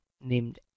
named